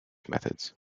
methods